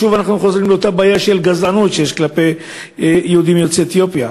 שוב אנחנו חוזרים לאותה בעיה של גזענות שיש כלפי יהודים יוצאי אתיופיה,